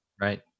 right